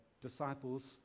disciples